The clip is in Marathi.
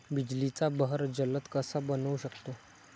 बिजलीचा बहर जलद कसा बनवू शकतो?